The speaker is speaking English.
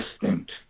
distinct